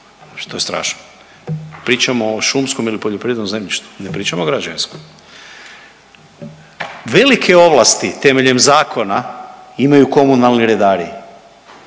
što je strašno. Pričamo o šumskom ili poljoprivrednom zemljištu, ne pričamo o građevinskom. Velike ovlasti temeljem zakona imaju komunalni redari,